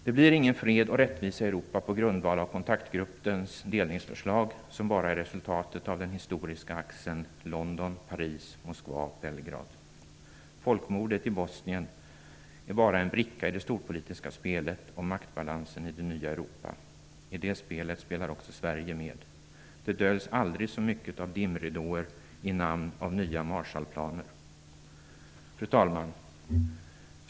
Det blir ingen fred och rättvisa i Europa på grundval av kontaktgruppens delningsförslag, som bara är resultatet av den historiska axeln London-Paris Moskva-Belgrad. Folkmordet i Bosnien är bara en bricka i det storpolitiska spelet om maktbalansen i det nya Europa. I det spelet spelar också Sverige med. Det döljs aldrig så mycket av dimråder i namn av nya Fru talman!